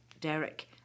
Derek